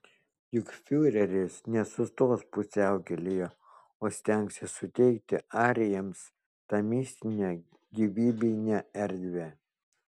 juk fiureris nesustos pusiaukelėje o stengsis suteikti arijams tą mistinę gyvybinę erdvę